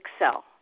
excel